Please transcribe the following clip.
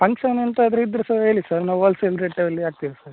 function ಎಂತಾರು ಇದ್ದರೆ ಸಾ ಹೇಳಿ ಸರ್ ನಾವು ಓಲ್ಸೇಲ್ ರೇಟಲ್ಲಿ ಹಾಕ್ತೇವೆ ಸರ್